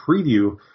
preview